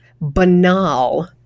banal